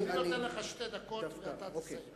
אני נותן לך שתי דקות ואתה תסיים.